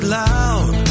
loud